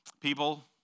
people